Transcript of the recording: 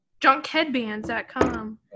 Junkheadbands.com